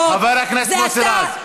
חבר הכנסת מוסי רז.